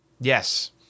Yes